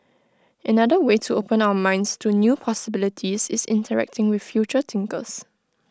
another way to open our minds to new possibilities is interacting with future thinkers